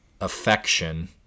affection